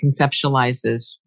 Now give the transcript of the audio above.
conceptualizes